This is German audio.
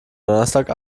donnerstag